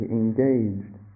engaged